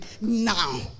now